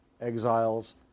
Exiles